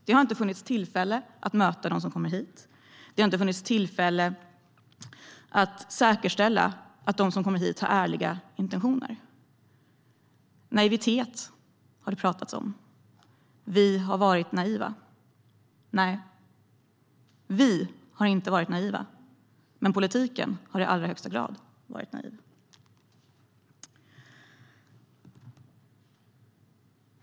Det har inte funnits tillfälle att möta dem som kommer hit eller säkerställa att de har ärliga intentioner. Det har pratats om naivitet, att vi har varit naiva. Nej, vi har inte varit naiva, men politiken har i allra högsta grad varit naiv.